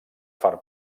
far